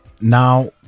Now